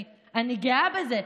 אני גאה בזה.